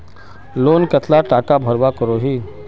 Loan कतला टाका भरवा करोही?